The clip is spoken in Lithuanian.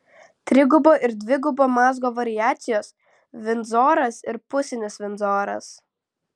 trigubo ir dvigubo mazgo variacijos vindzoras ir pusinis vindzoras